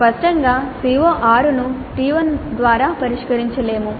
స్పష్టంగా CO6 ను T1 ద్వారా పరిష్కరించలేము